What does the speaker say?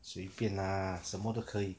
随便 lah 什么都可以